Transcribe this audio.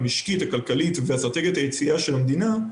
המשקית, הכלכלית ואסטרטגיית היציאה של המדינה,